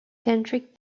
tantric